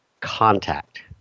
contact